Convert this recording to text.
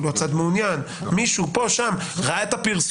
זה יכול להיות צד מעוניין שראה את הפרסום.